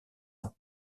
ans